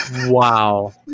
Wow